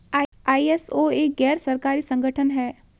ISO एक गैर सरकारी संगठन है